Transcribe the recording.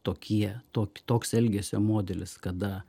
tokie tok toks elgesio modelis kada